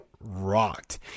rocked